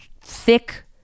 thick